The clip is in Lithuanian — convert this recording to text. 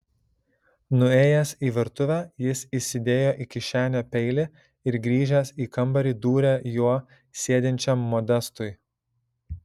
nuėjęs į virtuvę jis įsidėjo į kišenę peilį ir grįžęs į kambarį dūrė juo sėdinčiam modestui